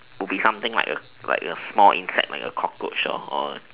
would be something like like a a small insect like a cockroach or